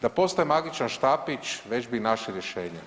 Da postoji magičan štapić već bi našli rješenje.